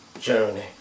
journey